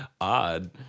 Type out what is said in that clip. odd